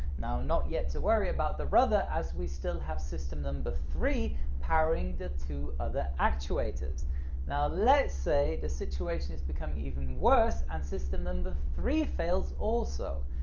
now, not yet to worry about the rudder as we still have system number three powering the two other actuators now let's say the situation is becoming even worse and system number three fails also,